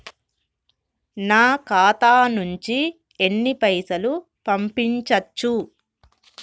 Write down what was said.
నా ఖాతా నుంచి ఎన్ని పైసలు పంపించచ్చు?